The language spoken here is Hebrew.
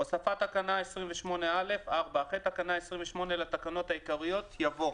הוספת תקנה 28א אחרי תקנה 28 לתקנות העיקריות יבוא: